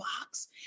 box